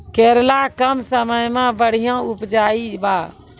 करेला कम समय मे बढ़िया उपजाई बा?